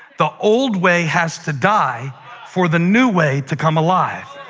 the old way has to die for the new way to come alive,